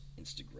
Instagram